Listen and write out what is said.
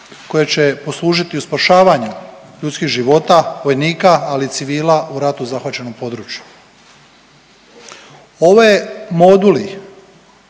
koje se poslužiti u spašavanju ljudskih života vojnika, ali i civila u ratu zahvaćenom području. Ove moduli